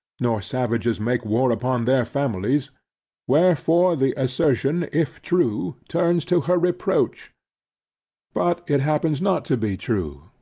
nor savages make war upon their families wherefore the assertion, if true, turns to her reproach but it happens not to be true,